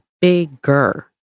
bigger